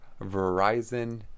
Verizon